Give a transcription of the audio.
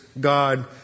God